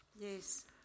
Yes